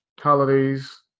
holidays